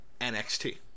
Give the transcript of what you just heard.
NXT